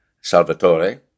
Salvatore